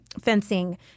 fencing